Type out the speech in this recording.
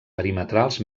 perimetrals